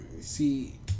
see